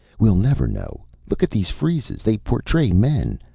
we'll never know. look at these friezes. they portray men.